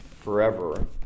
Forever